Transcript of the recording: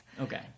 okay